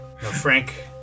Frank